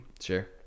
Sure